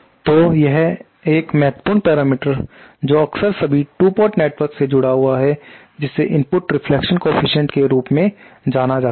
तो एक महत्वपूर्ण पेरामिटर जो अक्सर सभी 2 पोर्ट नेटवर्क से जुड़ा होता है जिसे इनपुट रिफ्लेक्शन कोफीसिएंट के रूप में जाना जाता है